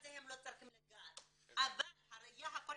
בתקצוב הזה הם לא צריכים לגעת, אבל הראייה הכוללת